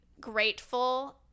grateful